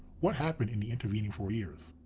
what happened in the intervening four years?